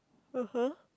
(uh huh)